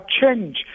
change